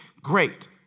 great